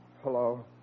Hello